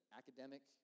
academic